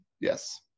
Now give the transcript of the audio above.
Yes